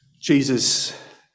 Jesus